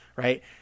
Right